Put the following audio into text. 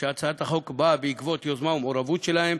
שהצעת החוק באה בעקבות יוזמה ומעורבות שלהם,